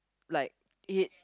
like it